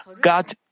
God